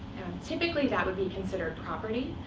typically, that would be considered property,